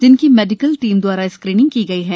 जिनकी medical team द्वारा screening की गई है